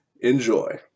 enjoy